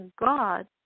God